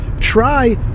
Try